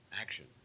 Action